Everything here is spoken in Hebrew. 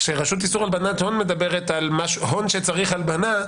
כשרשות איסור הלבנת הון מדברת על הון שצריך הלבנה,